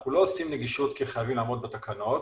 אנחנו לא עושים נגישות כי חייבים לעמוד בתקנות